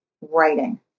writing